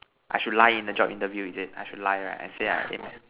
I should lie in the job interview is it I should lie right and say I